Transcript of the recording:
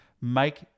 Make